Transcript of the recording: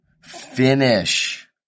Finish